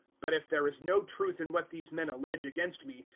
but if there is no truth in what these men allege against me,